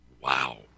Wow